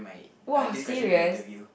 !wah! serious